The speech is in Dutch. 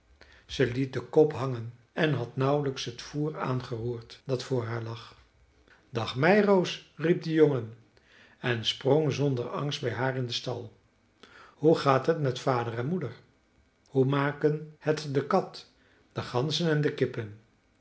ze liet den kop hangen en had nauwelijks het voer aangeroerd dat voor haar lag dag meiroos riep de jongen en sprong zonder angst bij haar in den stal hoe gaat het met vader en moeder hoe maken het de kat de ganzen en de kippen